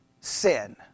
sin